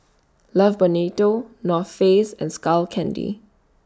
Love Bonito North Face and Skull Candy